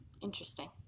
interesting